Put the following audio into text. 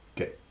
Okay